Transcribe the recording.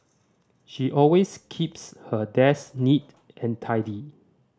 she always keeps her desk neat and tidy